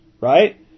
right